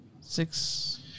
Six